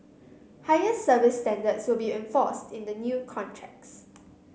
higher service standards will be enforced in the new contracts